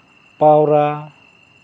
ᱯᱟᱣᱨᱟ